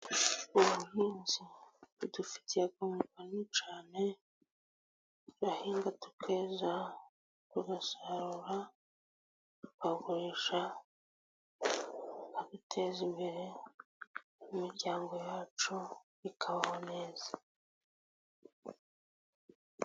Ubuhinzi budufitiye akamaro kanini cyane, turahinga tukeza tugasarura, tukagurisha tukiteza imbere, imiryango yacu ikabaho neza.